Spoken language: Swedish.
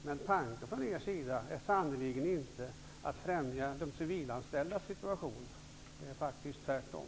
Men tanken från er sida är sannerligen inte att främja de civilanställdas situation. Det är faktiskt tvärtom.